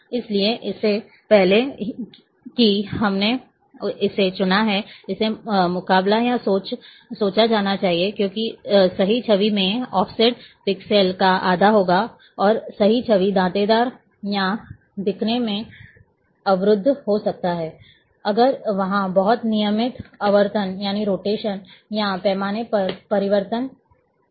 इसलिए इससे पहले कि हमने इसे चुना है इसे मुकाबला या सोचा जाना चाहिए क्योंकि सही छवि में ऑफसेट पिक्सेल का आधा होगा और सही छवि दांतेदार या दिखने में अवरुद्ध हो सकता है अगर वहाँ बहुत नियमित आवर्तन या पैमाने पर परिवर्तन होता है